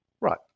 right